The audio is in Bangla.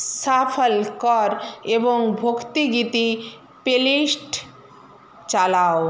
শাফল কর এবং ভক্তিগীতি প্লেলিস্ট চালাও